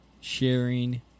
sharing